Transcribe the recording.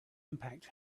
impact